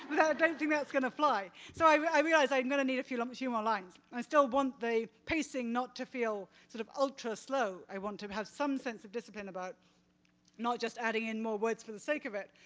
don't think that's going to fly. so i i realized i'm going to need a um few more lines, i still want the piecing not to feel sort of ultra-slow. i want to have some sense of discipline about not just adding in more words for the sake of it,